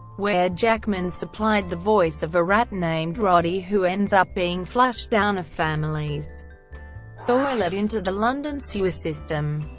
where jackman supplied the voice of a rat named roddy who ends up being flushed down a family's toilet into the london sewer system.